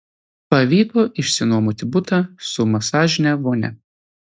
pavyko išsinuomoti butą su masažine vonia